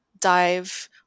dive